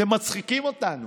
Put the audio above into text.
אתם מצחיקים אותנו.